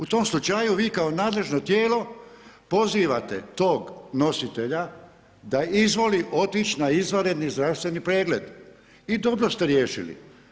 U tom slučaju vi kao nadležno tijelo pozivate tog nositelja da izvoli otići na izvanredni zdravstveni pregled i dobro ste riješili.